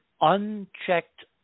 unchecked